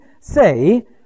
say